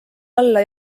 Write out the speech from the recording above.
alla